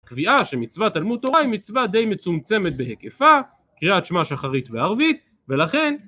קביעה שמצוות תלמוד תורה היא מצווה די מצומצמת בהקפה, קריאת שמע שחרית וערבית ולכן